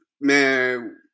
man –